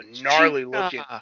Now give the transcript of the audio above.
gnarly-looking